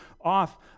off